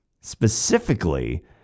Specifically